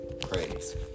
praise